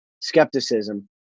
skepticism